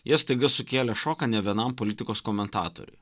jie staiga sukėlė šoką nė vienam politikos komentatoriui